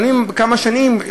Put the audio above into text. בכמה שנים,